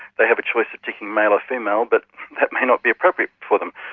they have a choice of ticking male or female, but that may not be appropriate for them.